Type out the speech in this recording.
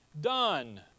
done